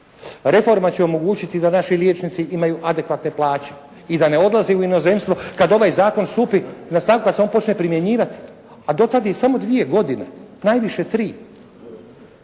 Reforma će omogućiti da naši liječnici imaju adekvatne plaće i da ne odlaze u inozemstvo kad ovaj zakon stupi na snagu, kad se on počne primjenjivati, a do tad je samo dvije godine, najviše tri.